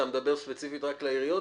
אתה מדבר ספציפית רק לעיריות,